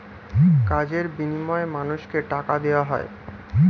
কাজের বিনিময়ে মানুষকে টাকা দেওয়া হয়